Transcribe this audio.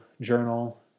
journal